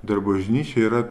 dar bažnyčia yra